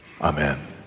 Amen